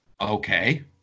Okay